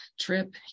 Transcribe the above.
trip